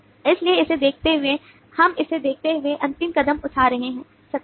इसलिए इसे देखते हुए हम इसे देखते हुए अंतिम कदम उठा सकते हैं